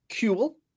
cool